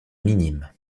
minimes